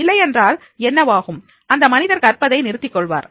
இல்லையென்றால் என்னவாகும் அந்த மனிதர் கற்பதை நிறுத்திக் கொள்வார்